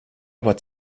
aber